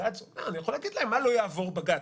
אני יכול להגיד להם מה לא יעבור בג"ץ.